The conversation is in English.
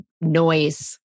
noise